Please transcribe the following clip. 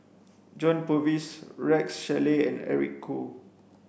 John Purvis Rex Shelley and Eric Khoo